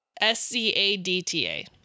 S-C-A-D-T-A